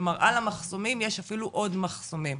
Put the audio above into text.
כלומר על המחסומים יש אפילו עוד מחסומים,